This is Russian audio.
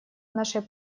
нашей